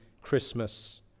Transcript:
Christmas